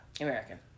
American